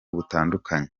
butandukanye